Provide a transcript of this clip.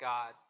God